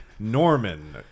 Norman